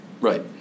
Right